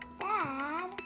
Dad